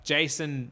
Jason